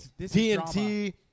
tnt